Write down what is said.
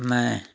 ਮੈਂ